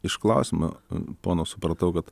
iš klausimo pono supratau kad